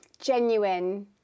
genuine